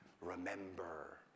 Remember